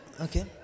Okay